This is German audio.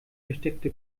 versteckte